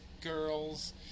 girls